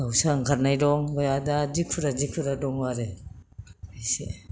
दाउसा ओंखारनाय दं ओमफ्राय आरो दा देखुरा देखुरा दं आरो एसे